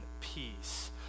peace